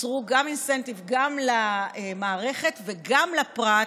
ייצרו גם אינסנטיב, גם למערכת וגם לפרט,